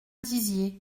dizier